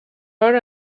are